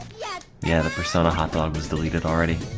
yeah yeah the persona hot dog was deleted already?